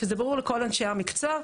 שזה ברור לכל אנשי המקצוע.